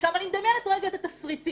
עכשיו אני מדמיינת רגע את התסריטים.